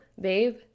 babe